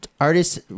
artists